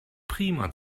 prima